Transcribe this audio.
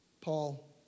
Paul